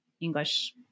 English